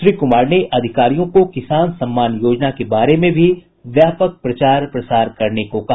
श्री कुमार ने अधिकारियों को किसान सम्मान योजना के बारे में भी व्यापक प्रचार प्रसार करने को कहा